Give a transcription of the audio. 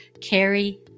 Carry